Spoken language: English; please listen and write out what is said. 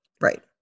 Right